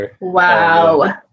Wow